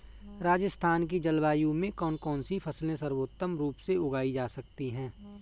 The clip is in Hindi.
राजस्थान की जलवायु में कौन कौनसी फसलें सर्वोत्तम रूप से उगाई जा सकती हैं?